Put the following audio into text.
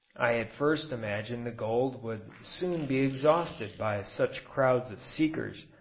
i at first imagined the gold would soon be exhausted by such crowds of seekers,